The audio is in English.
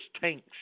tanks